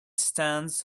stands